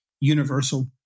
universal